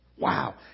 Wow